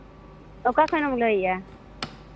ᱚᱠᱟ ᱠᱷᱚᱱᱮᱢ ᱞᱟᱹᱭ ᱮᱫᱼᱟ